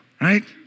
right